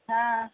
हां